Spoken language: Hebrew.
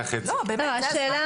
השאלה,